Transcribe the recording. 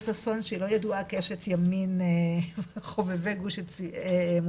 ששון שהיא לא ידועה כאשת ימין חובבת גוש אמונים.